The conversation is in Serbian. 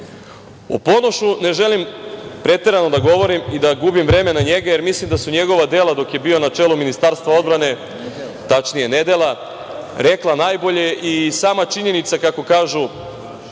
Ponošu ne želim preterano da govorim i da gubim vreme na njega, jer mislim da su njegova dela dok je bio na čelu Ministarstva odbrane, tačnije nedela, rekla najbolje i sama činjenica, kako kažu